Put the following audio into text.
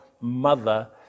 mother